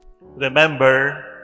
Remember